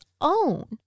own